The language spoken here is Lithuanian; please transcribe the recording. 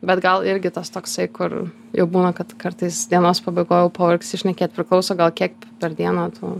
bet gal irgi tas toksai kur jau būna kad kartais dienos pabaigoj pavargsi šnekėt priklauso gal kiekp per dieną tu